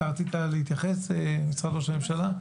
אתה רצית להתייחס, משרד ראש הממשלה?